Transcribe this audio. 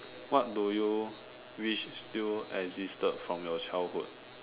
what do you wish still existed from your childhood